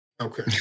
Okay